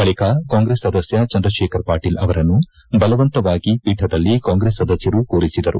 ಬಳಿಕ ಕಾಂಗ್ರೆಸ್ ಸದಸ್ತ ಚಂದ್ರಕೇಖರ್ ಪಾಟೀಲ್ ಅವರನ್ನು ಬಲವಂತವಾಗಿ ಖೀಠದಲ್ಲಿ ಕಾಂಗ್ರೆಸ್ ಸದಸ್ತರು ಕೂರಿಸಿದರು